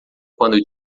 quando